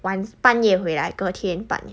晚上半夜回来隔天半